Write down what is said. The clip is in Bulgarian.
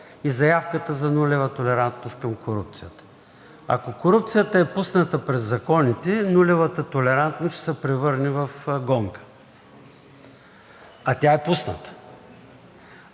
и заявката за нулева толерантност към корупцията. Ако корупцията е пусната през законите, нулевата толерантност ще се превърне в гонка. А тя е пусната.